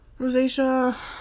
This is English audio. rosacea